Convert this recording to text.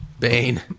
Bane